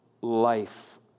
life